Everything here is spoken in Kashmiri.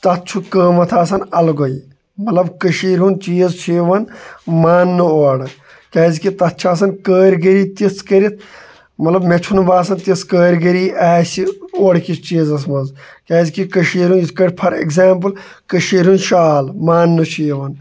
تَتھ چھُ قۭمَتھ آسان اَلگٕے مطلب کٔشیٖر ہُنٛد چیٖز چھُ یِوان ماننہٕ اورٕ کیازِ کہِ تَتھ چھِ آسان کٲرگٔری تِژھ کٔرِتھ مطلب مےٚ چھُ نہٕ باسان تِژھ کٲرگٔری آسہِ اورٕ کِس چیٖزَس منٛز کیازِ کہِ کٔشیٖر یَتھ کٲٹھۍ فار اٮ۪کزامپٔل کٔشیٖر ہُنٛد شال ماننہٕ چھُ یِوان